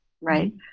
right